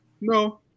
no